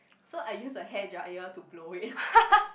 so I use the hair dryer to blow it